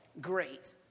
great